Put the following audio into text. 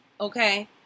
Okay